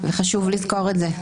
וחשוב לזכור את זה.